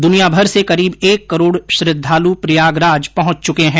दुनिया भर से करीब एक करोड़ श्रद्वालू प्रयागराज पहुंच चुके हैं